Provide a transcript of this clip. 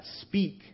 speak